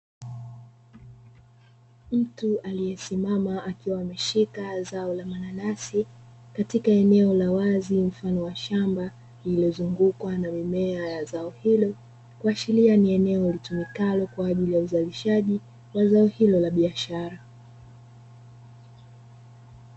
Mtu aliyesimama akiwa ameshika zao la mananasi katika eneo la wazi mfano wa shamba, lililozungukwa na mimea ya zao hilo kuashiria ni eneo litumikalo kwa ajili ya uzalishaji wa zao hilo la biashara.